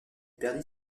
perdit